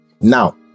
Now